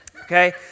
Okay